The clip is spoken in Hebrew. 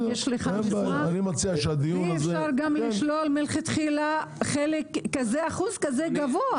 אי אפשר לשלול מלכתחילה אחוז כזה גבוה.